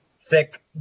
Thick